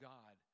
God